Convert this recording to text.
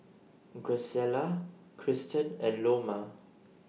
Graciela Cristen and Loma